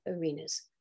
arenas